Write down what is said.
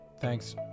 Thanks